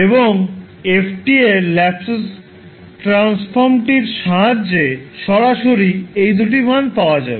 এবং f এর Laplace ট্রান্সফর্মটির সাহায্যে সরাসরি এই দুটি মান পাওয়া যাবে